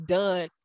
done